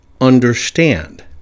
understand